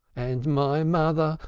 and my mother,